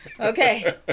Okay